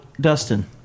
Dustin